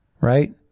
Right